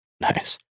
Nice